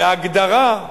בהגדרה,